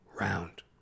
round